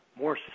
more